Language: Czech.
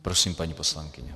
Prosím, paní poslankyně.